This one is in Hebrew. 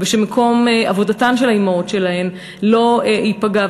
ושמקום עבודתן של האימהות שלהם לא ייפגע,